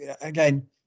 again